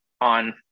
on